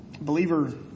Believer